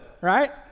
right